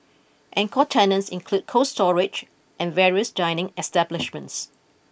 anchor tenants include Cold Storage and various dining establishments